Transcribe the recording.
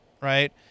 right